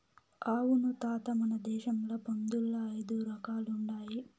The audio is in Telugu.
అవును తాత మన దేశంల పందుల్ల ఐదు రకాలుండాయి